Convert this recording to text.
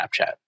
Snapchat